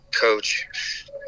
coach